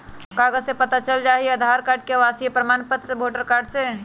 कागज से पता चल जाहई, आधार कार्ड से, आवासीय प्रमाण पत्र से, वोटर कार्ड से?